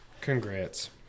Congrats